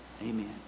Amen